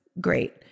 great